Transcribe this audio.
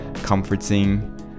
comforting